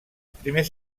primers